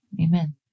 Amen